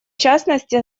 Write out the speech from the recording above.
частности